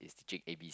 is to drink A B